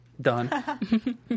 done